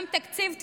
תתבייש לך.